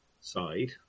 side